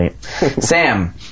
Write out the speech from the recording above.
Sam